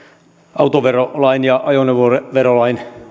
autoverolain ja ajoneuvoverolain